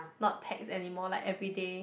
not text anymore like everyday